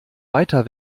weiter